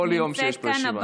בכל יום שיש פה ישיבה.